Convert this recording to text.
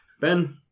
Ben